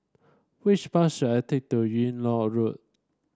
which bus should I take to Yung Loh Road